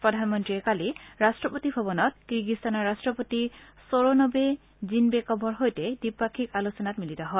প্ৰধানমন্ত্ৰীয়ে কালি ৰাষ্ট্ৰপতি ভৱনত কিৰ্গিস্তানৰ ৰাষ্ট্ৰপতি ছ'ৰনবে জিনবেকভ দ্বিপাক্ষিক আলোচনাত মিলিত হয়